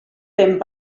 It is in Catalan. vent